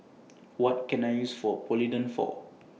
What Can I use For Polident For